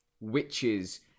witches